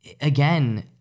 again